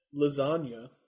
lasagna